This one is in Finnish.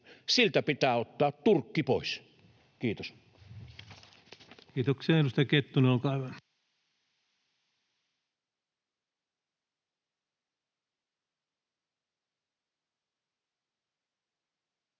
siltä pitää ottaa turkki pois. — Kiitos. Kiitoksia. — Edustaja Kettunen, olkaa hyvä.